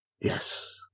Yes